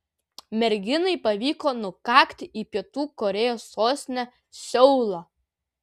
merginai pavyko nukakti į pietų korėjos sostinę seulą